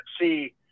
see